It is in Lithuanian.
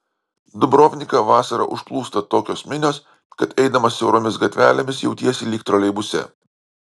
dubrovniką vasarą užplūsta tokios minios kad eidamas siauromis gatvelėmis jautiesi lyg troleibuse